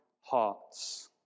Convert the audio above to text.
hearts